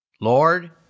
Lord